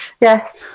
Yes